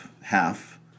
half